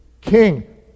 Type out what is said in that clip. king